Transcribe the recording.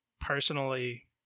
personally